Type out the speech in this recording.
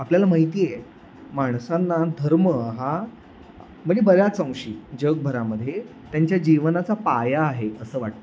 आपल्याला माहिती आहे माणसांना धर्म हा म्हणजे बऱ्याच अंशी जगभरामध्ये त्यांच्या जीवनाचा पाया आहे असं वाटतं